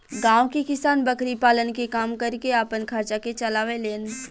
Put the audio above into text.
गांव के किसान बकरी पालन के काम करके आपन खर्चा के चलावे लेन